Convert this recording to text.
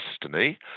destiny